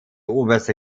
oberste